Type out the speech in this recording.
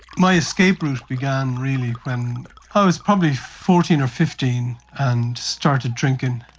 my escape route began really when i was probably fourteen or fifteen and started drinking.